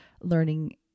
learning